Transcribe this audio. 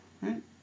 right